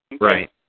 Right